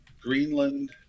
Greenland